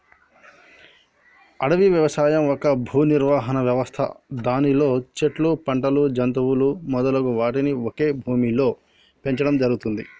అడవి వ్యవసాయం ఒక భూనిర్వహణ వ్యవస్థ దానిలో చెట్లు, పంటలు, జంతువులు మొదలగు వాటిని ఒకే భూమిలో పెంచడం జరుగుతుంది